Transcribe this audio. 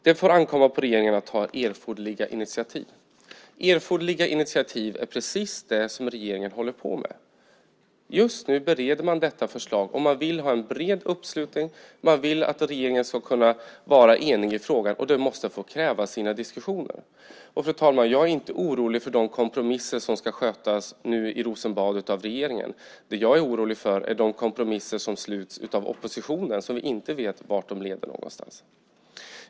Det får ankomma på regeringen att ta erforderliga initiativ. Erforderliga initiativ är precis det regeringen håller på med. Just nu bereder man förslaget, och man vill ha en bred uppslutning. Man vill att regeringen ska vara enig i frågan. Det måste få kräva sina diskussioner. Fru talman! Jag är inte orolig för de kompromisser som ska ske i regeringen i Rosenbad. Jag är orolig för de kompromisser som sluts i oppositionen där vi inte vet vart de leder någonstans.